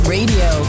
Radio